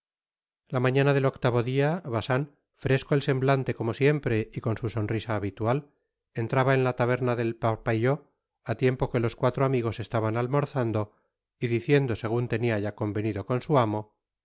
la mañana del octavo dia bacín fresco el semblante como siempre y con su sonrisa habitual entraba en la taberna del parpaillot á tiempo que los cuatro amigos estaban almorzando y diciendo segun tenia ya convenido con su amo